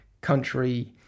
country